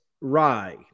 rye